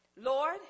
Lord